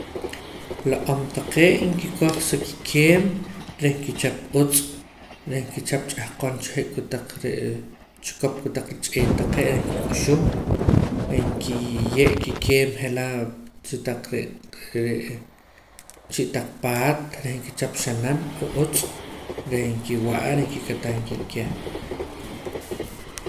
La om taqee' nkikoj sa kikeem reh nkichap utz' reh nkichap ch'ahqon cha je' kotaq re'e chikop kotaq rich'eet taqee' reh nkik'uxum reh nkiye' kikeem je' laa' chitaq re' chi' taq paat reh nkichap xanan o utz' reh nkiwa'a reh nkikatam kiib' keh